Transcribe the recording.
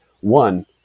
one